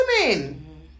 women